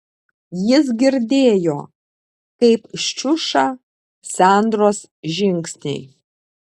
jis girdėjo kaip šiuša sandros žingsniai